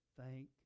thank